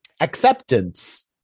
acceptance